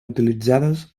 utilitzades